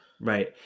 Right